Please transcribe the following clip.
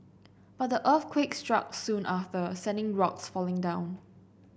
but the earthquake struck soon after sending rocks falling down